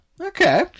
okay